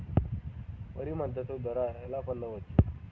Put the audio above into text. వరి మద్దతు ధర ఎలా పొందవచ్చు?